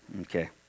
Okay